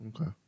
okay